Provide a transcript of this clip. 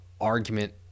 argument